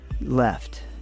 left